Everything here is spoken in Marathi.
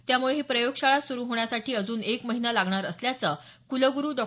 त्यामुळे ही प्रयोग शाळा सुरू होण्यासाठी अजून एक महिना लागणार असल्याचं कुलगुरू डॉ